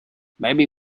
maybe